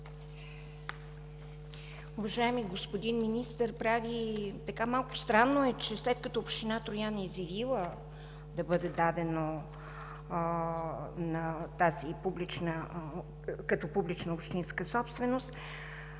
Уважаеми господин Министър, малко странно е, че след като община Троян е заявила да бъде дадено като публична общинска собственост